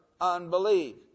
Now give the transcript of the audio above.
unbelief